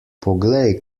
poglej